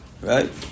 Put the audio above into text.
right